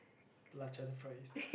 belachan fries